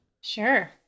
Sure